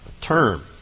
term